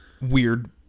weird